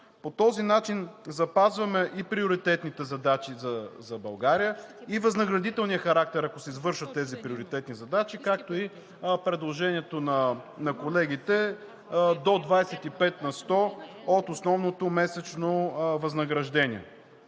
По този начин запазваме и приоритетните задачи за България, и възнаградителния характер, ако се извършат тези приоритетни задачи, както и предложението на колегите – до 25 на сто от основното месечно възнаграждение.